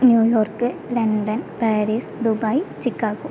New York London Paris Dubai Chicago